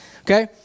okay